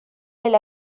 del